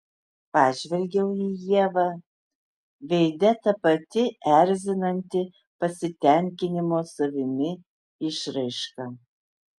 pažvelgiau į ievą veide ta pati erzinanti pasitenkinimo savimi išraiška